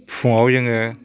फुङाव जोङो